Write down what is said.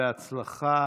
בהצלחה.